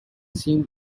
seem